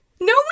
No